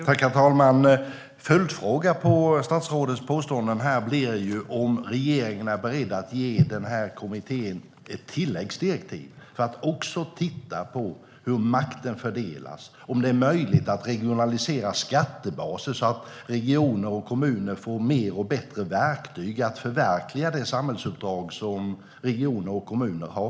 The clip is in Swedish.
Herr talman! Min följdfråga på statsrådets påståenden här blir om regeringen är beredd att ge kommittén ett tilläggsdirektiv att också titta på hur makten fördelas och om det är möjligt att regionalisera skattebaser, så att regioner och kommuner får mer och bättre verktyg för att förverkliga det samhällsuppdrag som de har.